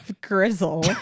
grizzle